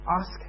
Ask